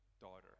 daughter